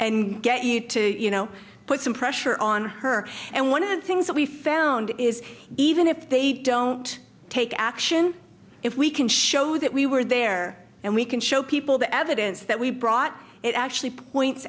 and get you to you know put some pressure on her and one of the things that we found is even if they don't take action if we can show that we were there and we can show people the evidence that we brought it actually points